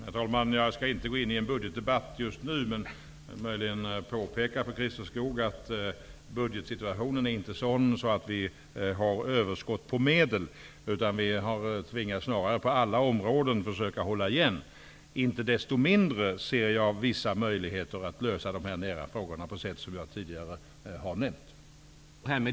Herr talman! Jag skall inte just nu ge mig in i någon budgetdebatt. Möjligen kan jag för Christer Skoog påpeka att budgetsituationen inte är sådan att det finns överskott på medel. Vi tvingas snarare att på alla områden hålla igen. Inte desto mindre ser jag vissa möjligheter att lösa de näraliggande problemen på sätt som jag tidigare har nämnt.